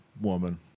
woman